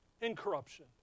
incorruption